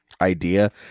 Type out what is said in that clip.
idea